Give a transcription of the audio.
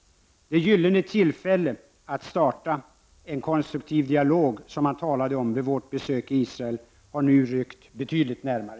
Det gyllene tillfälle att starta en konstruktiv dialog som man talade om vid vårt besök i Israel har nu ryckt betydligt närmare.